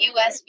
USB